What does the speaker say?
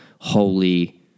holy